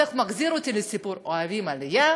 אז זה מחזיר אותי לסיפור "אוהבים עלייה